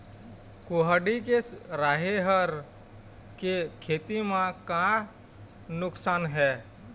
कुहड़ी के राहेर के खेती म का नुकसान हे?